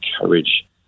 courage